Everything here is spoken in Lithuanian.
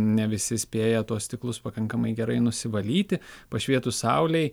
ne visi spėja tuos stiklus pakankamai gerai nusivalyti pašvietus saulei